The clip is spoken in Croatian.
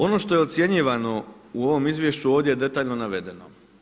Ono što je ocjenjivano u ovom izvješću ovdje je detaljno navedeno.